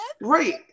Right